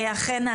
כאן,